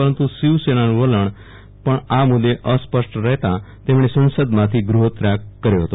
પરંતુ શિવસેનાનું વલણ પણ આ મુદ્દે અસ્પષ્ટ રહેતા તેમણે સંસદમાંથી ગૃહત્યાગ કર્યો હતો